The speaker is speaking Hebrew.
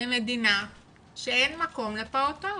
במדינה שאין מקום לפעוטות.